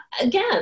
again